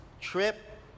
trip